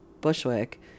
Bushwick